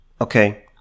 Okay